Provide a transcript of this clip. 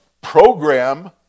program